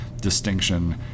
distinction